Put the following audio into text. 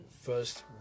first